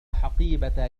حقيبة